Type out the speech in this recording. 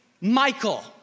Michael